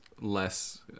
less